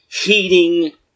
heating